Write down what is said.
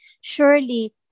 surely